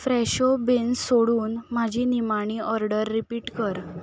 फ्रॅशो beans सोडून म्हाजी निमाणी ऑर्डर रिपीट कर